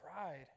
pride